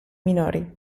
minori